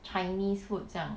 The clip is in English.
chinese food 这样